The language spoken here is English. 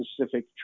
specific